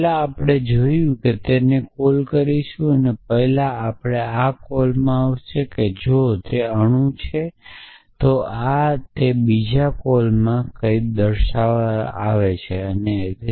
પહેલા આપણે જોયું અને કોલ કરીશું પહેલા કોલમાં આ કેસ આવશે જો આ અણુ છે તો આ જ અણુ છે તો બીજા ક callલમાં કંઇ ન કરો આપણે આ કરીશું